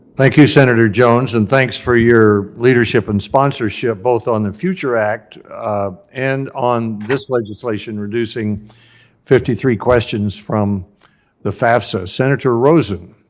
thank you senator jones, and thanks for your leadership and sponsorship, both on the future act and on this legislation, reducing fifty three questions from the fafsa. senator rosen?